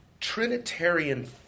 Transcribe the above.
Trinitarian